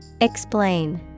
Explain